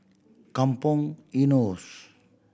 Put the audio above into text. Kampong Eunos